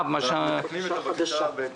הוועדה.